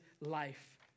life